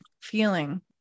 feeling